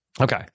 Okay